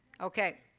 Okay